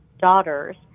daughters